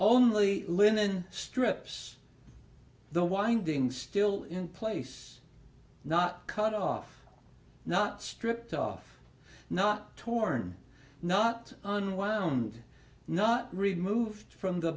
only linen strips the windings still in place not cut off not stripped off not torn not unwound not removed from the